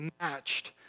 matched